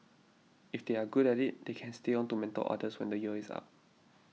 if they are good at it they can stay on to mentor others when the year is up